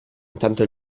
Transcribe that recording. intanto